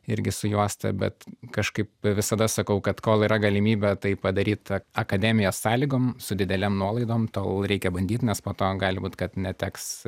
irgi su juosta bet kažkaip visada sakau kad kol yra galimybė tai padaryt akademijos sąlygom su didelėm nuolaidom tol reikia bandyt nes po to gali būt kad neteks